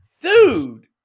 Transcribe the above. dude